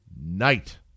night